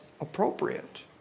appropriate